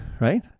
right